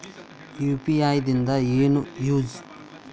UPI ದಿಂದ ಏನು use?